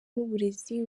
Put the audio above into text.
n’uburezi